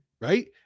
Right